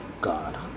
God